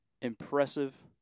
impressive